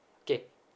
okay